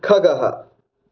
खगः